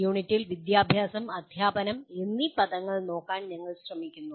യൂണിറ്റിൽ വിദ്യാഭ്യാസം അദ്ധ്യാപനം എന്നീ പദങ്ങൾ നോക്കാൻ ഞങ്ങൾ ശ്രമിക്കുന്നു